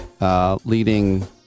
leading